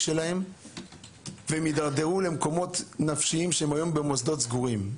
שלהם והם הדרדרו למקומות נפשיים והיום הם נמצאים במוסדות סגורים.